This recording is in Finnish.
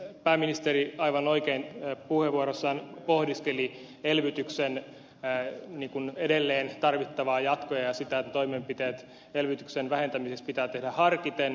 pääministeri aivan oikein puheenvuorossaan pohdiskeli elvytykseen edelleen tarvittavaa jatkoa ja sitä että toimenpiteet elvytyksen vähentämiseksi pitää tehdä harkiten